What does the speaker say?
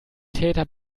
täter